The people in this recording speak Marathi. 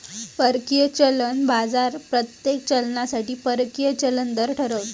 परकीय चलन बाजार प्रत्येक चलनासाठी परकीय चलन दर ठरवता